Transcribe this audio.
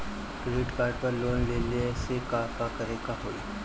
Credit card पर loan लेला से का का करे क होइ?